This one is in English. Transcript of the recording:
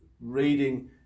reading